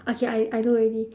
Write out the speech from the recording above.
okay I I know already